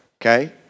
Okay